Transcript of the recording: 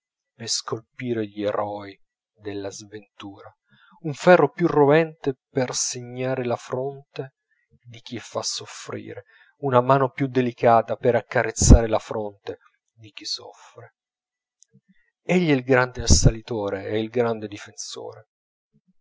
per scolpire gli eroi della sventura un ferro più rovente per segnare la fronte di chi fa soffrire una mano più delicata per accarezzare la fronte di chi soffre egli è il grande assalitore e il grande difensore